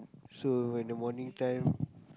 so when the morning time